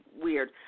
weird